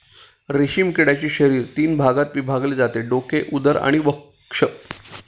रेशीम किड्याचे शरीर तीन भागात विभागले जाते डोके, उदर आणि वक्ष